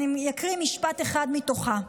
אני אקריא משפט אחד מתוכה: